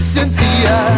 Cynthia